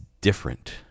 different